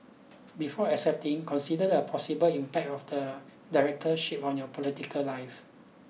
before accepting consider the possible impact of the Directorship on your political life